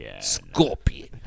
Scorpion